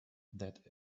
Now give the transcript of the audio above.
that